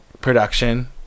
production